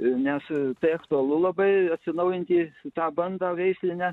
nes tai aktualu labai atsinaujinti tą bandą veislinę